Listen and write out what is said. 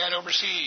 overseas